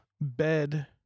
bed